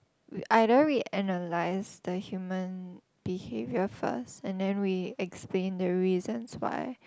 either we analyze the human behavior first and then we explain the reasons why